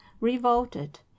revolted